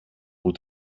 που